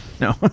No